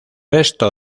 resto